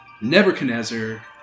Nebuchadnezzar